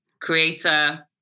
creator